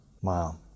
Wow